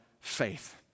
faith